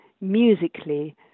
musically